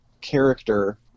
character